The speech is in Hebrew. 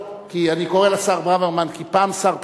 אני קורא לו "השר ברוורמן" כי פעם שר,